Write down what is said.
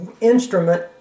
instrument